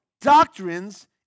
doctrines